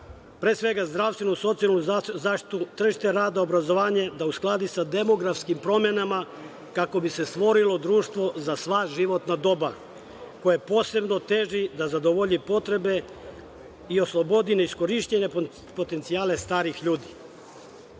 svega zdravstvenu, socijalnu zaštitu, tržište rada, obrazovanje, da uskladi sa demografskim promenama kako bi se stvorilo društvo za sva životna doba koje posebno teži da zadovolji potrebe i oslobodi neiskorišćene potencijale starih ljudi. Savet